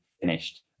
finished